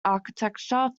architecture